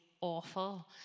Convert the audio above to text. awful